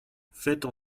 faites